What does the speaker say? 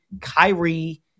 Kyrie